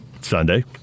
Sunday